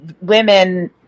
women